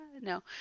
no